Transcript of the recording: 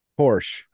Porsche